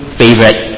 favorite